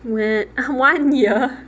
where one year